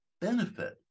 benefit